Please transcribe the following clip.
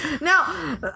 Now